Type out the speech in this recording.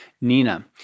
Nina